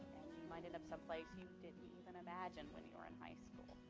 might end up someplace you didn't even imagine when you were in high school.